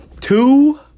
Two